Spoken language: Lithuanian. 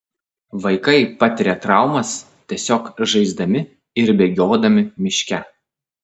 vaikai patiria traumas tiesiog žaisdami ir bėgiodami miške